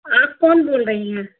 آپ کون بول رہی ہیں